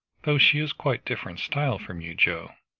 though she is quite different style from you, joe,